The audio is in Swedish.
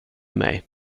mig